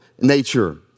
nature